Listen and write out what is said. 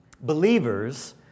Believers